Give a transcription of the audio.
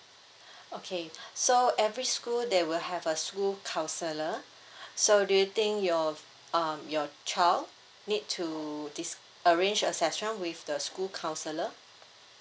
okay so every school they will have a school counsellor so do you think your um your child need to this arrange a session with the school counsellor